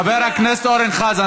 חבר הכנסת אורן חזן,